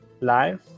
live